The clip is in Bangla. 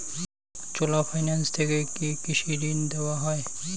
চোলা ফাইন্যান্স থেকে কি কৃষি ঋণ দেওয়া হয়?